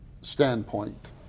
standpoint